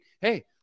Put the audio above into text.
Hey